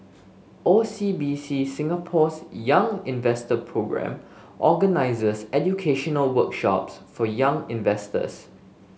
O C B C Singapore's Young Investor Programme organizes educational workshops for young investors